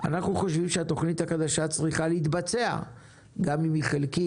אנחנו חושבים שהתכנית החדשה צריכה להתבצע גם אם היא חלקית,